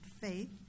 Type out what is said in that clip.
faith